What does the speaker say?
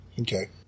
Okay